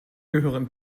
gehören